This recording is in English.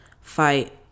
fight